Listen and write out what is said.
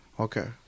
Okay